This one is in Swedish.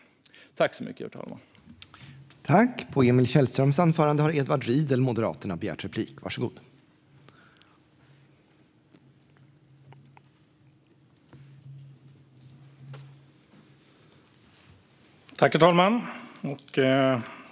Det är jag inte det minsta orolig för.